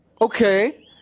okay